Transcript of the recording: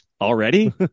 already